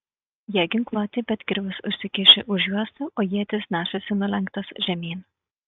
jie ginkluoti bet kirvius užsikišę už juostų o ietis nešasi nulenktas žemyn